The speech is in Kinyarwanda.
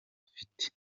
afite